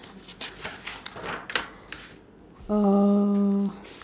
uh